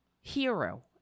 hero